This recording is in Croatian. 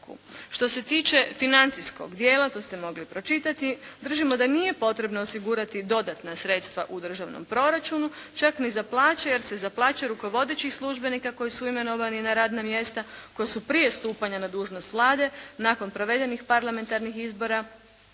Što se tiče financijskog dijela to ste mogli pročitati, držimo da nije potrebno osigurati dodatna sredstva u državnom proračunu čak ni za plaće, jer se za plaće rukovodećih službenika koji su imenovani na radna mjesta, koji su prije stupanja na dužnost Vlade nakon provedenih parlamentarnih izbora